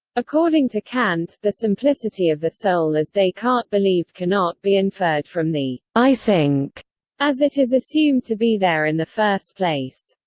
according to kant, the simplicity of the soul as descartes believed cannot be inferred from the i think as it is assumed to be there in the first place.